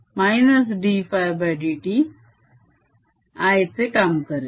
-dφdt I चे काम करेल